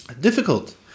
Difficult